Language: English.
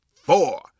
four